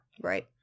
Right